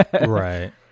Right